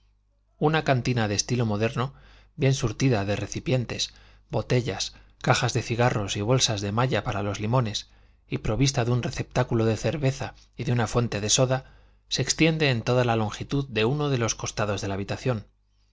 una cantina de estilo moderno bien surtida de recipientes botellas cajas de cigarros y bolsas de malla para los limones y provista de un receptáculo de cerveza y de una fuente de soda se extiende en toda la longitud de uno de los costados de la habitación